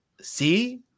See